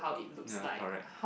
ya correct